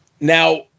Now